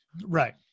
Right